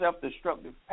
self-destructive